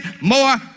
more